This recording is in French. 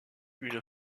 une